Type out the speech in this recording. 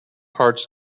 hearts